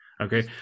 Okay